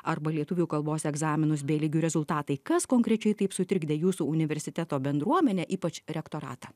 arba lietuvių kalbos egzaminus b lygiu rezultatai kas konkrečiai taip sutrikdė jūsų universiteto bendruomenę ypač rektoratą